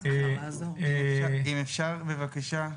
אם אפשר, בבקשה?